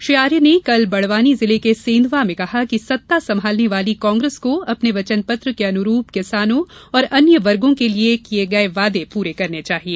श्री आर्य ने कल बड़वानी जिले के सेंधवा में कहा कि सत्ता संभालने वाली कांग्रेस को अपने वचनपत्र के अनुरूप किसानों और अन्य वर्गों से किए गए वादे पूरे करने चाहिए